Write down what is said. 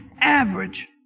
average